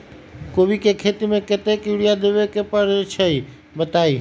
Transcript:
कोबी के खेती मे केतना यूरिया देबे परईछी बताई?